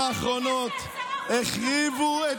הלוואי